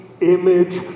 image